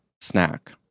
snack